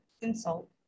insult